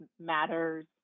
matters